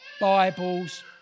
Bibles